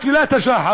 בתפילת השחר,